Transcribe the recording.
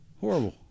Horrible